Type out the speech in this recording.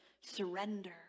surrender